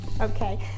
Okay